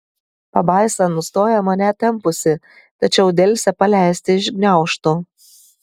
pabaisa nustoja mane tempusi tačiau delsia paleisti iš gniaužtų